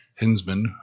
Hinsman